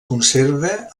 conserva